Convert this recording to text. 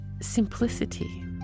simplicity